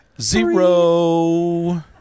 zero